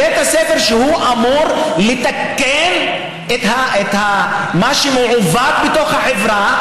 בית הספר, שאמור לתקן את מה שמעוות בתוך החברה,